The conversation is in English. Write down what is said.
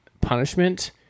punishment